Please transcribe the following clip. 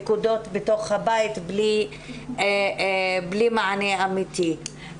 לכודות בתוך הבית בלי מענה אמיתי.